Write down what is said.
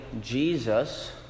Jesus